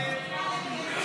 52